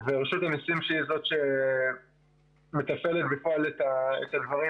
רשות המסים שהיא זאת שמתפעלת בפועל את הדברים